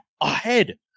Ahead